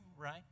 right